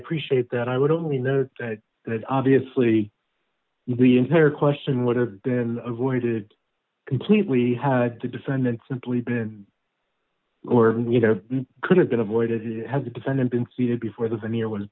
appreciate that i would only know that obviously the entire question would have been avoided completely had the defendant simply been you know could have been avoided had the defendant been seated before the veneer was